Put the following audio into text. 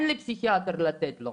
אין לי פסיכיאטר לתת לו.